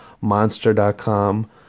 monster.com